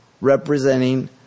representing